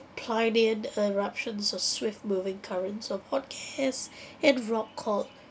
plinian eruptions of swift-moving currents of hot gas and rock called